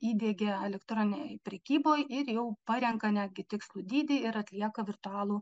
įdiegia elektroninėj prekyboj ir jau parenka netgi tikslų dydį ir atlieka virtualų